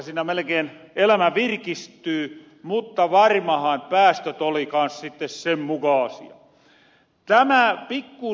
siinä melekeen elämä virkistyy mutta varmahan päästöt oli kans sitten sen mukaasia